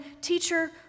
Teacher